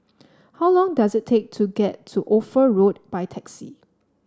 how long does it take to get to Ophir Road by taxi